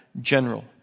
general